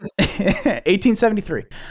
1873